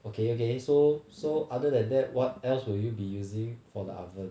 okay okay so so other than that what else would you be using for the oven